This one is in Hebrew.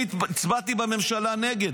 אני הצבעתי בממשלה נגד.